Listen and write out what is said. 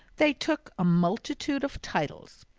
they took a multitude of titles.